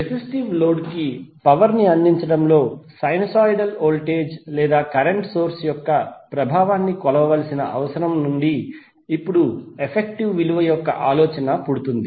resistive load కి power ని అందించడంలో సైనూసోయిడల్ వోల్టేజ్ లేదా కరెంట్ సోర్స్ యొక్క ప్రభావాన్ని కొలవవలసిన అవసరం నుండి ఇప్పుడు ఎఫెక్టివ్ విలువ యొక్క ఆలోచన పుడుతుంది